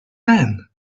man